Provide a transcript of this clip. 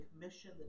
commission